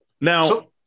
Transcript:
Now